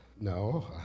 No